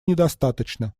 недостаточно